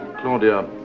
claudia